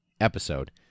episode